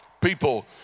people